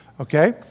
Okay